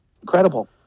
Incredible